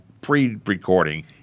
pre-recording